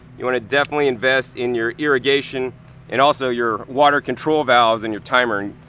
you wanna definitely invest in your irrigation and also your water control valves and your timer.